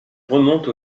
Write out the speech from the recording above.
remontent